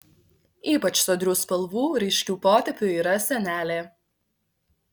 ypač sodrių spalvų ryškių potėpių yra senelė